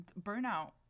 burnout